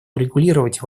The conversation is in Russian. урегулировать